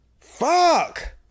Fuck